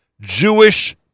Jewish